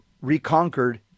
reconquered